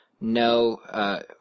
No